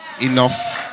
enough